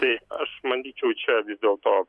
tai aš manyčiau čia vis dėlto